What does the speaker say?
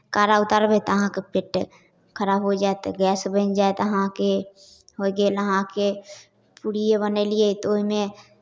कड़ा उतारबै तऽ अहाँके पेटे खराब हो जायत तऽ गैस बनि जायत अहाँके होइ गेल अहाँके पूड़िए बनेलियै तऽ ओहिमे